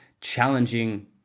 challenging